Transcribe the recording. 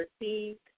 received